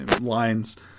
lines